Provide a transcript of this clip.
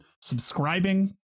Subscribing